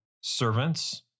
servants